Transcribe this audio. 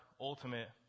ultimate